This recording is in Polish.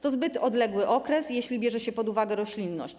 To zbyt odległy okres, jeśli bierze się pod uwagę roślinność.